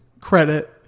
credit